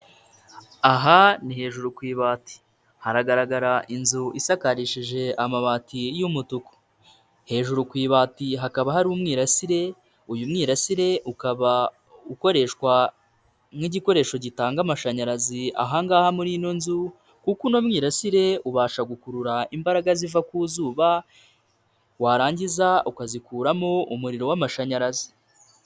Aha ni hejuru ku ibati, haragaragara inzu isakarishije amabati y'umutuku, hejuru ku ibati hakaba hari umwirasire uyu mwirasire ukaba ukoreshwa nk'igikoresho gitanga amashanyarazi aha ngaha muri ino nzu kuko uno mwirasire ubasha gukurura imbaraga ziva ku zuba, warangiza ukazikuramo umuriro w'amashanyarazi.